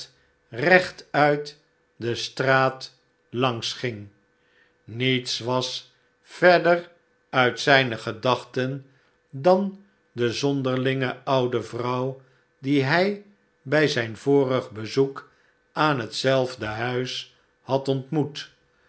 rechtuit de straat langs ging niets was verder uit zijne gedachten dan de zonderlinge oude vrouw die hij bij zijn vorig bezoek aan hetzelfde huis had ontmoet